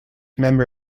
member